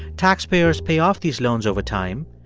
taxpayers pay off these loans over time,